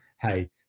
Hey